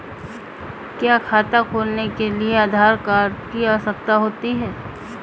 क्या खाता खोलने के लिए आधार कार्ड की आवश्यकता होती है?